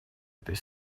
этой